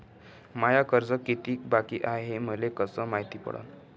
माय कर्ज कितीक बाकी हाय, हे मले कस मायती पडन?